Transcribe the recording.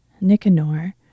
Nicanor